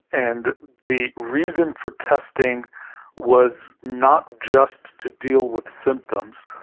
and the reason for testing was not just to deal with symptoms,